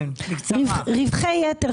רווחי יתר,